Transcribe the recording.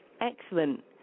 Excellent